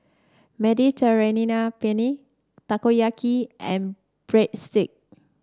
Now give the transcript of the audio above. Mediterranean Penne Takoyaki and Breadsticks